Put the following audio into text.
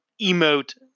emote